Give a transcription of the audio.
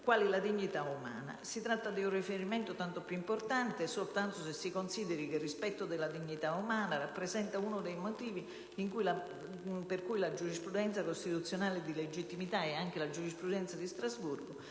quali la dignità umana. Si tratta di un riferimento tanto più importante ove si consideri che proprio il rispetto della dignità umana ha rappresentato uno dei motivi in base ai quali la giurisprudenza costituzionale e di legittimità (ma anche la giurisprudenza di Strasburgo)